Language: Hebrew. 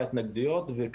התוכניות שלי הן כאלה,